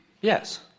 yes